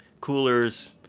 coolers